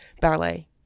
ballet